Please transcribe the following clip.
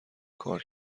کار